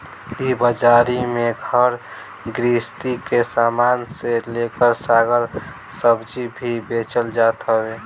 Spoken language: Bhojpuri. इ बाजारी में घर गृहस्ती के सामान से लेकर साग सब्जी भी बेचल जात हवे